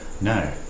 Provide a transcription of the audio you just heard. no